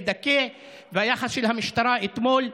מדכא ומהיחס של המשטרה אתמול,